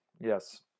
yes